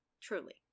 Truly